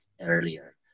earlier